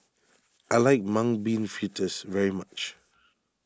I like Mung Bean Fritters very much